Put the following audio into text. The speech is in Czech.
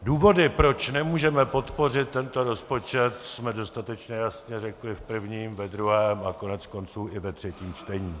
Důvody, proč nemůžeme podpořit tento rozpočet, jsme dostatečně jasně řekli v prvním, ve druhém a koneckonců i ve třetím čtení.